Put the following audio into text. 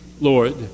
Lord